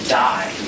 die